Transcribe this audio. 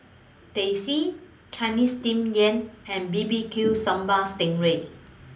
Teh C Chinese Steamed Yam and B B Q Sambal Sting Ray